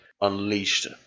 unleashed